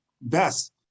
best